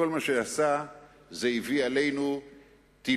כל מה שזה עשה זה הביא עלינו טילים